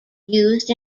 used